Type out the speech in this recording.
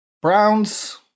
Browns